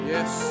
Yes